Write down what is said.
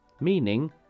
meaning